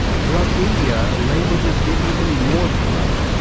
throughout india languages get even more polite.